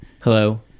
Hello